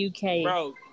Bro